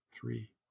three